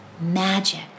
Magic